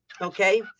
Okay